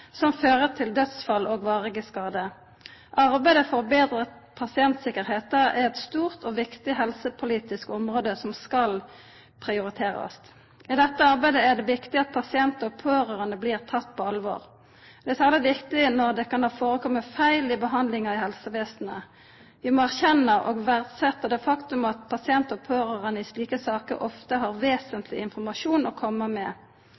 som fører til dødsfall og varige skader. Arbeidet for å betra pasientsikkerheita er eit stort og viktig helsepolitisk område som skal prioriterast. I dette arbeidet er det viktig at pasientar og pårørande blir tekne på alvor. Det er særleg viktig når det kan ha førekomme feil i behandlinga i helsevesenet. Vi må erkjenna og verdsetja det faktum at pasientar og pårørande i slike saker ofte har vesentleg informasjon å komma med.